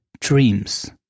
dreams